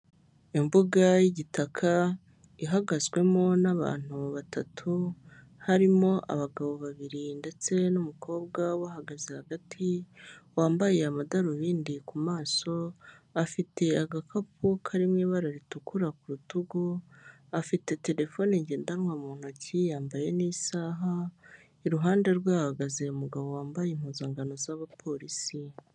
Imbuga y'igitaka ihagazwemo n'abantu batatu harimo abagabo babiri ndetse n'umukobwa ubahagaze hagati wambaye amadarubindi ku maso, afite agakapu kari mu ibara ritukura ku rutugu, afite terefone ngendanwa mu ntoki yambaye n'isaha iruhande rwe ahahagaze umugabo wambaye impuzangano z'abapolisi.